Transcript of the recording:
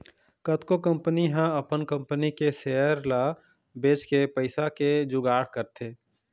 कतको कंपनी ह अपन कंपनी के सेयर ल बेचके पइसा के जुगाड़ करथे